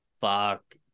Fuck